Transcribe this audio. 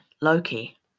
Loki